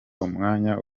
umwanya